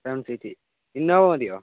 seven seat Innova മതിയോ